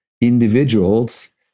individuals